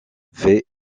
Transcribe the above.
fait